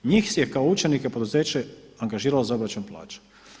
Njih je kao učenike poduzeće angažiralo za obračun plaća.